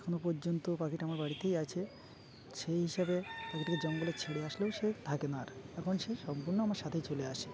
এখনও পর্যন্ত পাখিটা আমার বাড়িতেই আছে সেই হিসাবে পাখিটকে জঙ্গল ছেড়ে আসলেও সে থাকে না আর এখন সে সম্পূর্ণ আমার সাথেই চলে আসে